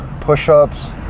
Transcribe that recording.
push-ups